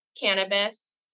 cannabis